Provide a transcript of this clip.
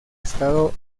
estado